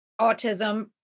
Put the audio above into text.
autism